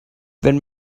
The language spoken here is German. wenn